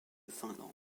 finlande